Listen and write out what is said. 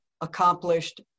accomplished